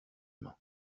mains